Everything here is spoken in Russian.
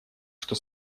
что